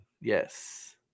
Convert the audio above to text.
Yes